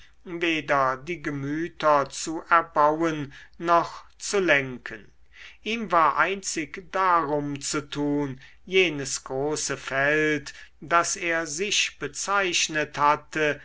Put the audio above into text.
die gemüter zu erbauen noch zu lenken ihm war einzig darum zu tun jenes große feld das er sich bezeichnet hatte